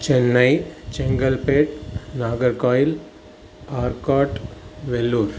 Chennai Chengalpattu Nagercoil Arcot Vellore